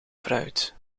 fruit